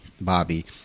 Bobby